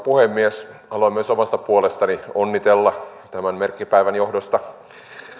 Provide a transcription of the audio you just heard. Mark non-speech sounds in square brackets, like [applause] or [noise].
[unintelligible] puhemies haluan myös omasta puolestani onnitella tämän merkkipäivän johdosta